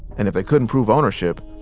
and if they couldn't prove ownership,